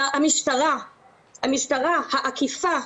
המשטרה, האכיפה,